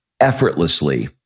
effortlessly